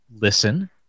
Listen